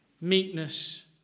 meekness